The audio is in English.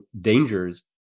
dangers